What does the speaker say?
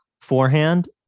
forehand